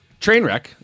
Trainwreck